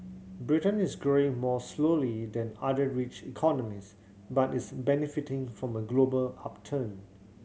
Britain is growing more slowly than other rich economies but is benefiting from a global upturn